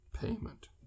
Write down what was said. payment